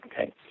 Okay